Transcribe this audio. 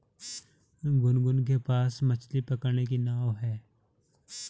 गुनगुन के पास मछ्ली पकड़ने की नाव है